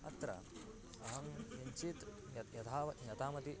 अत्र अहं किञ्चित् यथावत् यथामति